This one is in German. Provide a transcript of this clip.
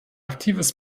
aktives